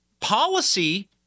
policy